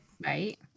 right